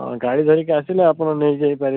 ହଁ ଗାଡ଼ି ଧରିକି ଆସିଲେ ଆପଣ ନେଇ ଯାଇପାରିବେ